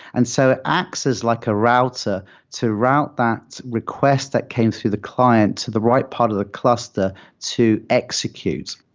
and so it acts as like a router to route that requests that came through the client to the right part of the cluster to execute.